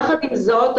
יחד עם זאת,